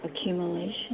accumulation